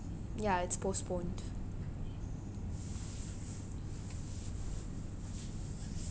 ya it's postponed